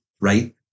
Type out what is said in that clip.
right